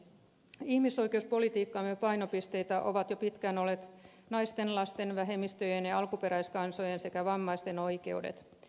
ihmisoikeuspolitiikkamme painopisteitä ovat jo pitkään olleet naisten lasten vähemmistöjen ja alkuperäiskansojen sekä vammaisten oikeudet